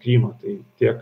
krymą tai tiek